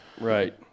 right